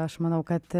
aš manau kad